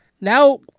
Now